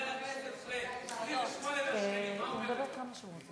חבר הכנסת פריג' מה אומר לך?